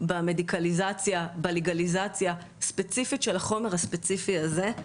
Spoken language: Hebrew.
במדיקליזציה ובלגליזציה של החומר הספציפי הזה,